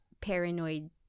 paranoid